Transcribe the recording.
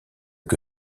que